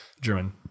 German